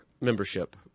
membership –